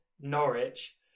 Norwich